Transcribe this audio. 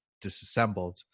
disassembled